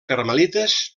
carmelites